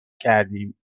کردیم